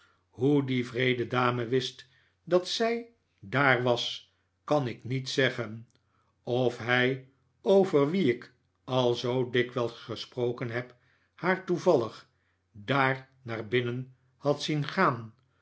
hoe die wreede dame wist dat zij daar was kan ik niet zeggen of hij over wien ik al zoo dikwijls gesproken heb haar toevallig daar naar binnen had zien gaan